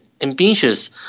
ambitious